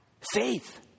Faith